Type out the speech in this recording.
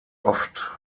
oft